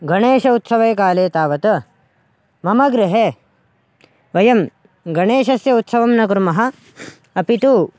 गणेशोत्सवे काले तावत् मम गृहे वयं गणेशस्य उत्सवं न कुर्मः अपि तु